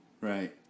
Right